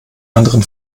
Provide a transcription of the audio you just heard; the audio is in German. anderen